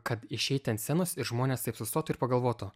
kad išeiti ant scenos ir žmonės taip sustotų ir pagalvotų